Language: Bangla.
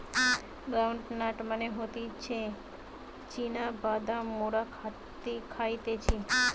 গ্রাউন্ড নাট মানে হতিছে চীনা বাদাম মোরা খাইতেছি